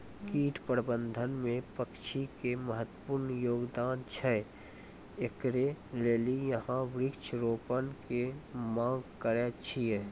कीट प्रबंधन मे पक्षी के महत्वपूर्ण योगदान छैय, इकरे लेली यहाँ वृक्ष रोपण के मांग करेय छैय?